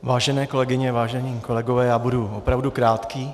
Vážené kolegyně, vážení kolegové, já budu opravdu krátký.